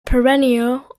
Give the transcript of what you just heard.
perennial